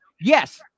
yes